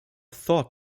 thought